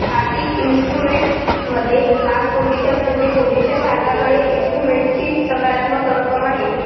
आर्थिक इन्स्ट्रुमेंट मध्ये लांब पोझिशन म्हणजे पोझिशन धारकाकडे इन्स्ट्रुमेंटची सकारात्मक रक्कम आहे